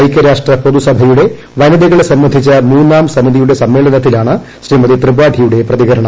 ഐകൃരാഷ്ട്ര പൊതുസഭയുടെ വനിതകളെസംബന്ധിച്ച മൂന്നാം സമിതിയുടെ സമ്മേളനത്തിലാണ് ശ്രീമതി ത്രിപാഠിയുടെ പ്രതികരണം